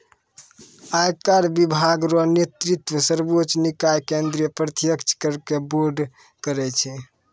आयकर विभाग रो नेतृत्व सर्वोच्च निकाय केंद्रीय प्रत्यक्ष कर बोर्ड करै छै